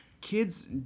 kids